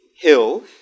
Hill